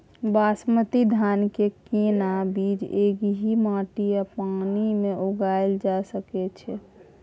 बासमती धान के केना बीज एहि माटी आ पानी मे उगायल जा सकै छै?